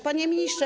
Panie Ministrze!